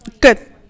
good